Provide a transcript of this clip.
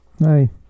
Hi